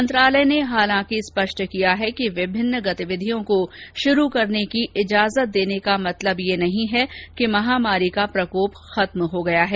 सरकार ने हालांकि स्पष्ट किया है कि विभिन्न गतिविधियों को शुरू करने की इजाजत देने का मतलब यह नहीं है कि महामारी का प्रकोप खत्म हो गया है